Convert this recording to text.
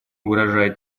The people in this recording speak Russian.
угрожает